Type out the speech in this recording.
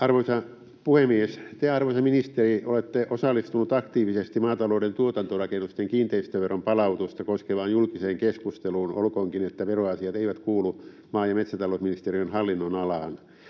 Arvoisa puhemies! Te, arvoisa ministeri, olette osallistunut aktiivisesti maatalouden tuotantorakennusten kiinteistöveron palautusta koskevaan julkiseen keskusteluun, olkoonkin, että veroasiat eivät kuulu maa- ja metsätalousministeriön hallinnonalaan.